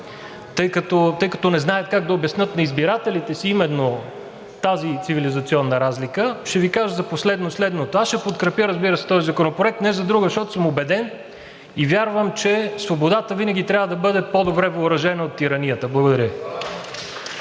тъй като не знаят как да обяснят на избирателите си именно тази цивилизационна разлика, ще Ви кажа за последно следното. Аз, разбира се, подкрепям този законопроект не за друго, а защото съм убеден и вярвам, че свободата винаги трябва да бъде по-добре въоръжена от тиранията. Благодаря